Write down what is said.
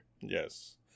Yes